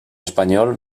espanyol